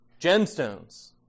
gemstones